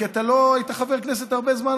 כי אתה לא היית חבר כנסת הרבה זמן,